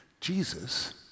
Jesus